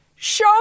show